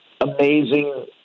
amazing